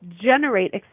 generate